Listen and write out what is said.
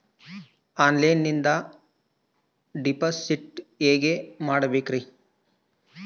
ಆನ್ಲೈನಿಂದ ಡಿಪಾಸಿಟ್ ಹೇಗೆ ಮಾಡಬೇಕ್ರಿ?